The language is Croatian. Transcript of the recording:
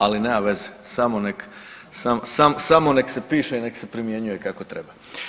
Ali nema veze, samo nek' se piše i nek' se primjenjuje kako treba.